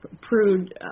prude